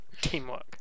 Teamwork